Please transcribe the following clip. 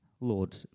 Lord